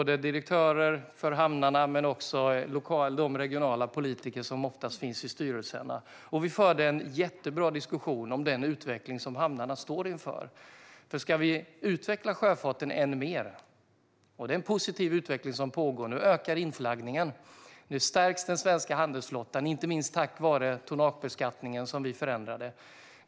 Det var direktörer för hamnarna men också regionala politiker som ofta finns i styrelserna. Vi förde en mycket bra diskussion om den utveckling som hamnarna står inför. Det är en positiv utveckling som pågår. Nu ökar inflaggningen, nu stärks den svenska handelsflottan, inte minst tack vare tonnagebeskattningen, som vi förändrade.